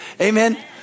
Amen